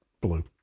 blue